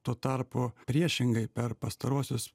tuo tarpu priešingai per pastaruosius